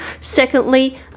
Secondly